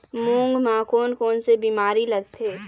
मूंग म कोन कोन से बीमारी लगथे?